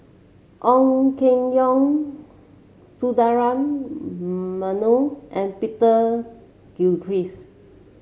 Ong Keng Yong Sundaresh Menon and Peter Gilchrist